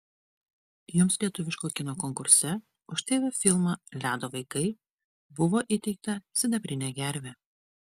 jums lietuviško kino konkurse už tv filmą ledo vaikai buvo įteikta sidabrinė gervė